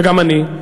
וגם אני,